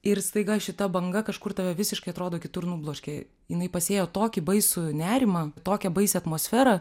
ir staiga šita banga kažkur tave visiškai atrodo kitur nubloškė jinai pasėjo tokį baisų nerimą tokią baisią atmosferą